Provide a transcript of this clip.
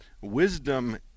Wisdom